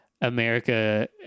America